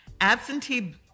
Absentee